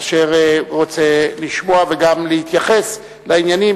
אשר רוצה לשמוע וגם להתייחס לעניינים,